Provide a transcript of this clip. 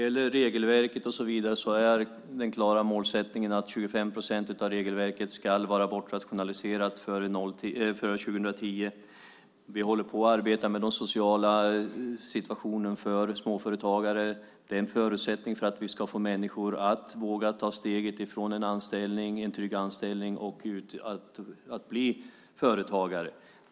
Fru talman! Den klara målsättningen är att 25 procent av regelverket ska vara bortrationaliserat före 2010. Vi arbetar med den sociala situationen för småföretagare. Det är en förutsättning för att vi ska få människor att våga ta steget från en trygg anställning och bli företagare.